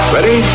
Ready